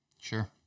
Sure